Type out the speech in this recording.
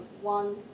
one